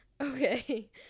Okay